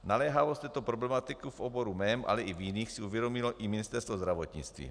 Naléhavost této problematiky v oboru mém, ale i v jiných si uvědomilo i Ministerstvo zdravotnictví.